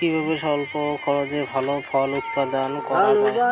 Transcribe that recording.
কিভাবে স্বল্প খরচে ভালো ফল উৎপাদন করা যায়?